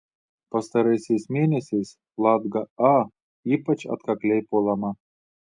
pastaraisiais mėnesiais latga a ypač atkakliai puolama